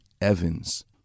Evans